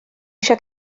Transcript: eisiau